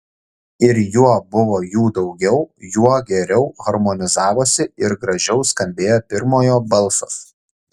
ir juo buvo jų daugiau juo geriau harmonizavosi ir gražiau skambėjo pirmojo balsas